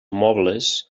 mobles